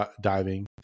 diving